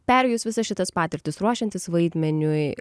perėjus visas šitas patirtis ruošiantis vaidmeniui